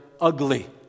ugly